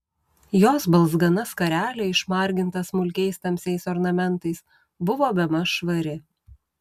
jos balzgana skarelė išmarginta smulkiais tamsiais ornamentais buvo bemaž švari